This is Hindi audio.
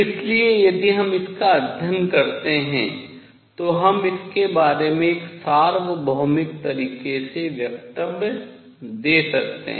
इसलिए यदि हम इसका अध्ययन करते हैं तो हम इसके बारे में एक सार्वभौमिक तरीके से वक्तव्य दे सकते हैं